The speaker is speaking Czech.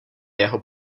jeho